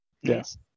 Yes